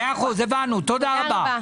תודה.